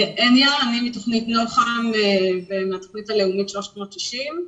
הניה, אני מתוכנית נוח"ם ומהתוכנית הלאומית 360,